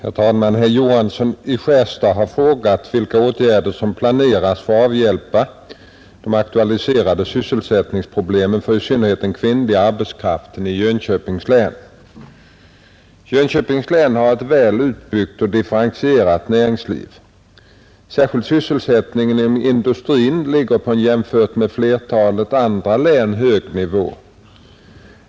Herr talman! Herr Johansson i Skärstad har frågat vilka åtgärder som planeras för att avhjälpa de aktualiserade sysselsättningsproblemen för i synnerhet den kvinnliga arbetskraften i Jönköpings län. Jönköpings län har ett väl utbyggt och differentierat näringsliv. Särskilt sysselsättningen inom industrin ligger på en jämfört med flertalet andra län hög nivå.